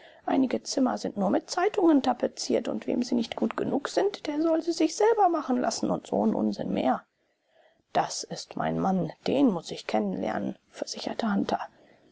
einige zimmer sind nur mit zeitungen tapeziert und wem sie nicht gut genug sind der soll sie sich selber machen lassen und so'n unsinn mehr das ist mein mann den muß ich kennenlernen versicherte hunter